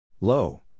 Low